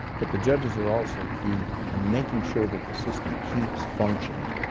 but the judges are also key in making sure that the system keeps functioning.